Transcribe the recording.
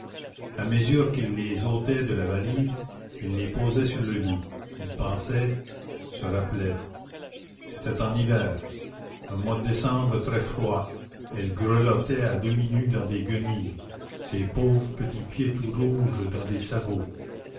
à mesure qu'il les ôtait de la valise il les posait sur le lit il pensait il se rappelait c'était en hiver un mois de décembre très froid elle grelottait à demi nue dans des guenilles ses pauvres petits pieds tout rouges dans des sabots